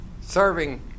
Serving